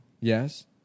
Yes